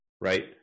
right